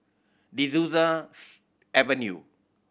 De Souza Avenue